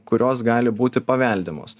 kurios gali būti paveldimos